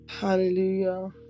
hallelujah